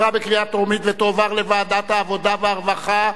התשס"ט 2009,